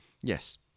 Yes